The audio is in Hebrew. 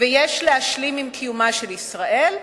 ויש להשלים עם קיומה של ישראל,